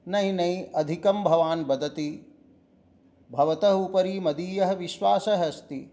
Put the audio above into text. न हि न हि अधिकं भवान् वदति भवतः उपरि मदीयः विश्वासः अस्ति